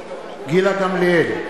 גילה גמליאל,